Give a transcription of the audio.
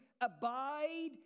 abide